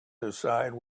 decide